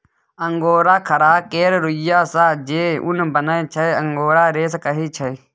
angora खरहा केर रुइयाँ सँ जे उन बनै छै अंगोरा रेशा कहाइ छै